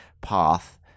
path